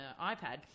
iPad